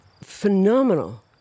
phenomenal